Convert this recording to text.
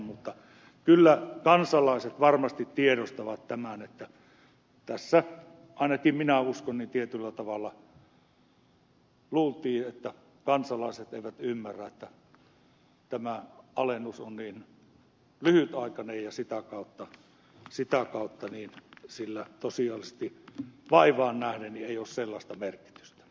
mutta kyllä kansalaiset varmasti tiedostavat tämän että tässä ainakin minä uskon tietyllä tavalla luultiin että kansalaiset eivät ymmärrä että tämä alennus on lyhytaikainen ja sitä kautta sillä tosiasiallisesti vaivaan nähden ei ole sellaista merkitystä